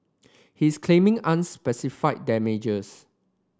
he is claiming unspecified damages